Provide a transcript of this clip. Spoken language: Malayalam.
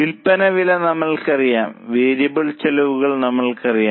വിൽപ്പന വില നമ്മൾക്കറിയാം വേരിയബിൾ ചെലവുകൾ നമ്മൾക്കറിയാം